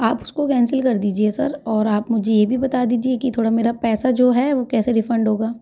आप उसको कैंसिल कर दीजिए सर और आप मुझे ये भी बता दीजिए कि थोड़ा मेरा पैसा जो है वो कैसे रिफंड होगा